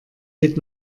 geht